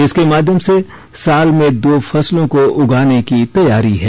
इसके माध्यम से साल में दो फसलों को उगाने की तैयारी है